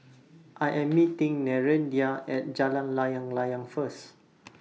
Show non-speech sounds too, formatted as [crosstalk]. I Am meeting Nereida At Jalan Layang Layang First [noise]